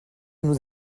nous